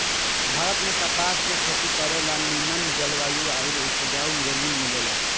भारत में कपास के खेती करे ला निमन जलवायु आउर उपजाऊ जमीन मिलेला